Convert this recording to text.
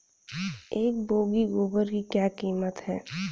एक बोगी गोबर की क्या कीमत है?